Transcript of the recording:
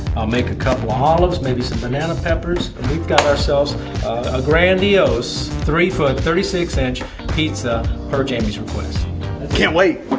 i'll make a cup of olives, maybe some banana peppers. and we've got ourselves a grandiose three foot, thirty six inch pizza for jamie's request. i can't wait.